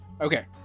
okay